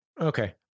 Okay